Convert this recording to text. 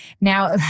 Now